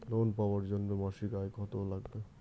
Loan পাবার জন্যে মাসিক আয় কতো লাগবে?